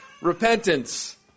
Repentance